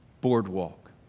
boardwalk